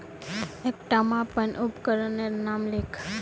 एकटा मापन उपकरनेर नाम लिख?